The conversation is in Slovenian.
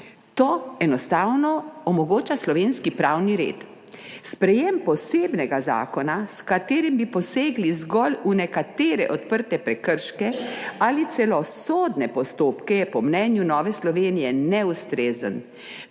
To enostavno omogoča slovenski pravni red. Sprejetje posebnega zakona, s katerim bi posegli zgolj v nekatere odprte prekrške ali celo sodne postopke, je po mnenju Nove Slovenije neustrezno